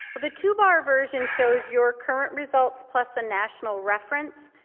the two-bar version shows your current results plus a national reference.